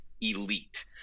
elite